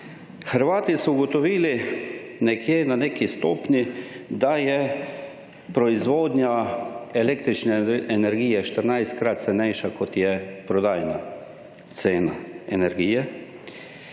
Hrvati so ugotovili nekje na neki stopnji, da je proizvodnja električne energije 14-krat cenejša kot je prodajna cena energije.